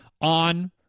on